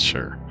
Sure